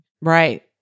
Right